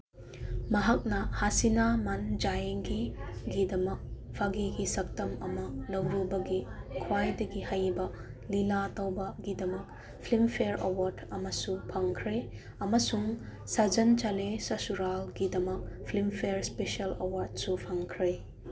ꯃꯍꯥꯛꯅ ꯍꯥꯁꯤꯅꯥ ꯃꯟ ꯖꯥꯌꯦꯡꯒꯤꯒꯤꯗꯃꯛ ꯐꯥꯒꯤꯒꯤ ꯁꯛꯇꯝ ꯑꯃ ꯂꯧꯔꯨꯕꯒꯤ ꯈ꯭ꯋꯥꯏꯗꯒꯤ ꯍꯩꯕ ꯂꯤꯂꯥ ꯇꯧꯕꯒꯤꯗꯃꯛ ꯐꯤꯜꯝ ꯐꯦꯌꯔ ꯑꯦꯋꯥꯔꯠ ꯑꯃꯁꯨ ꯐꯪꯈ꯭ꯔꯦ ꯑꯃꯁꯨꯡ ꯁꯥꯖꯟ ꯆꯂꯦ ꯁꯁꯨꯔꯥꯜꯒꯤꯗꯃꯛ ꯐꯤꯜꯝ ꯐꯦꯌꯔ ꯏꯁꯄꯦꯁꯦꯜ ꯑꯦꯋꯥꯔꯠꯁꯨ ꯐꯪꯈ꯭ꯔꯦ